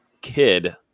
kid